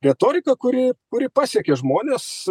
retorika kuri kuri pasiekė žmones